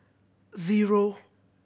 zero